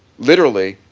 literally,